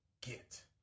get